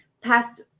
past